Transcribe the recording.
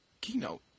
Keynote